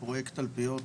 בפרויקט 'תלפיות',